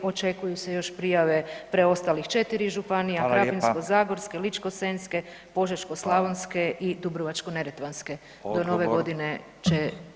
Očekuju se još prijave preostalih 4 županija [[Upadica Radin: Hvala lijepa.]] Krapinsko-zagorske, Ličko-senjske, Požeško-slavonske i Dubrovačko-neretvanske [[Upadica Radin: Odgovor.]] Ove godine će…